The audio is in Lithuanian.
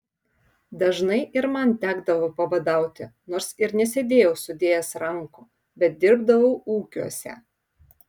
dažnai ir man tekdavo pabadauti nors ir nesėdėjau sudėjęs rankų bet dirbdavau ūkiuose